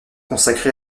consacré